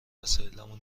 وسایلامو